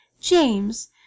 James